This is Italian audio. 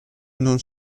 non